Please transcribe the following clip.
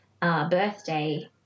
birthday